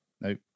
No